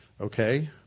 okay